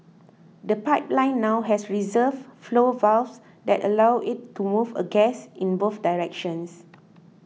the pipeline now has reserve flow valves that allow it to move a gas in both directions